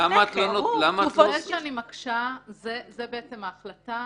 --- זה שאני מקשה, זו ההחלטה